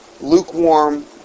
lukewarm